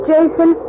Jason